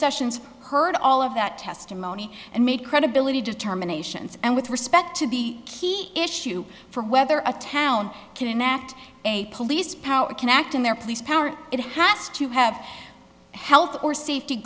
sessions heard all of that testimony and made credibility determinations and with respect to be key issue for whether a town can enact a police power can act in their police power it has to have health or safety